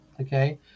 okay